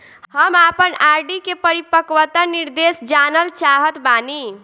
हम आपन आर.डी के परिपक्वता निर्देश जानल चाहत बानी